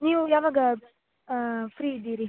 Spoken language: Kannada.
ನೀವು ಯಾವಾಗ ಫ್ರೀ ಇದ್ದೀರಿ